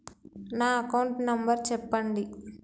నా account number చెప్పండి?